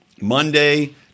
Monday